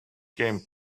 came